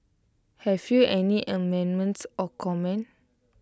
have you any amendments or comments